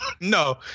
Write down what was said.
No